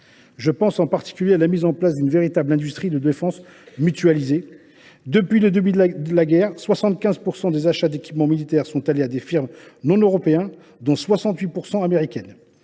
Je pense en particulier à la mise en place d’une véritable industrie de défense mutualisée. Depuis le début de la guerre, 75 % des achats d’équipements militaires sont allés à des firmes non européennes, dont 68 % sont américaines.